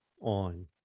on